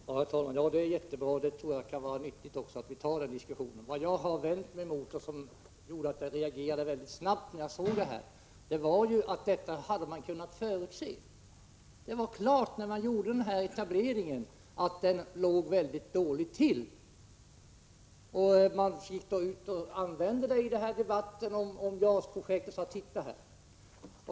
Herr talman! Det är jättebra, och jag tror också att en sådan diskussion kan vara nyttig. Vad jag har vänt mig mot och vad som gjorde att jag reagerade så snabbt när jag fick ögonen på detta var att detta var någonting som man borde ha kunnat förutse. Det var klart innan etableringen genomfördes att den låg väldigt illa till. Man använde nämnda etablering som argument i debatten om JAS-projektet och sade: Titta här!